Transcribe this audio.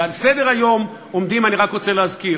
על סדר-היום עומדים, אני רק רוצה להזכיר,